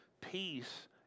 peace